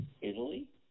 Italy